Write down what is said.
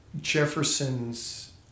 Jefferson's